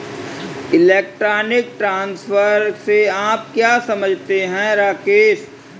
Electronic transfer से आप क्या समझते हैं, राकेश?